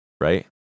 right